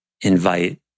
invite